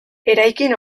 eraikin